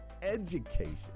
education